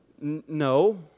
No